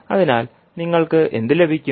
അതിനാൽ നിങ്ങൾക്ക് എന്ത് ലഭിക്കും